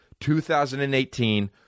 2018